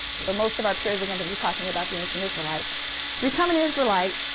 so most of our period we're going to be talking about the ancient israelites to become an israelite,